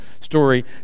story